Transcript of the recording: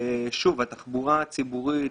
שוב, התחבורה הציבורית,